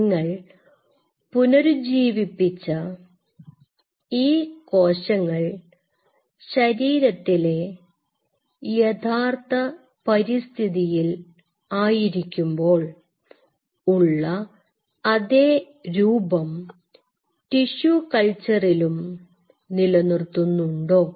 നിങ്ങൾ പുനരുജ്ജീവിപ്പിച്ച ഈ കോശങ്ങൾ ശരീരത്തിലെ യഥാർത്ഥ പരിസ്ഥിതിയിൽ ആയിരിക്കുമ്പോൾ ഉള്ള അതേ രൂപം ടിഷ്യു കൾച്ചറിലും നിലനിർത്തുന്നുണ്ടോ